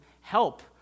help